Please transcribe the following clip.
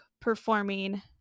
performing